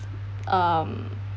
um